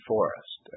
Forest